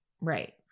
Right